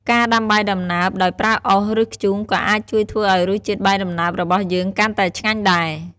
ការដាំបាយដំណើបដោយប្រើអុស ឬ ធ្យូងក៏អាចជួយធ្វើឱ្យរសជាតិបាយដំណើបរបស់យើងកាន់តែឆ្ងាញ់ដែរ។